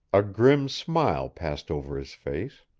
a grim smile passed over his face.